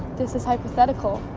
this is hypothetical